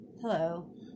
Hello